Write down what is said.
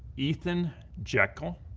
ethan jekel,